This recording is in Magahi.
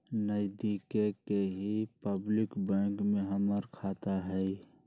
नजदिके के ही पब्लिक बैंक में हमर खाता हई